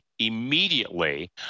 immediately